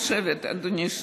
אני חושבת, אדוני,